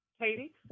Katie